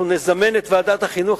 אנחנו נזמן את ועדת החינוך,